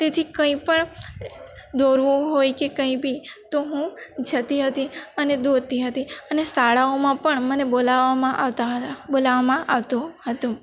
તેથી કંઈપણ દોરવું હોય કે કંઈ બી તો હું જતી હતી અને દોરતી હતી અને શાળાઓમાં પણ મને બોલાવવામાં આવતા હતા બોલાવવામાં આવતો હતો